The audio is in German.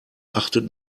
achtet